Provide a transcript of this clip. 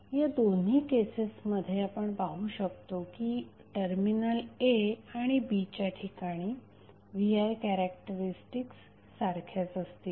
या दोन्ही केसेसमध्ये आपण पाहू शकतो की टर्मिनल a आणि b च्या ठिकाणी V I कॅरेक्टरीस्टिक्स सारख्याच असतील